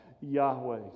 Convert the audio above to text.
Yahweh